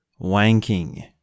wanking